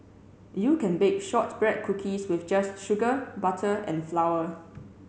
you can bake shortbread cookies with just sugar butter and flour